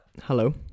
hello